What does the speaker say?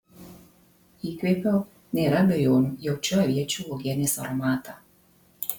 įkvėpiau nėra abejonių jaučiu aviečių uogienės aromatą